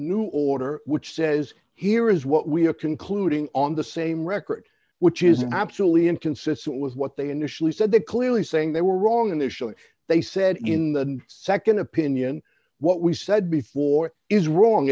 new order which says here is what we are concluding on the same record which is an absolutely inconsistent with what they initially said that clearly saying they were wrong initially they said in the nd opinion what we said before is wrong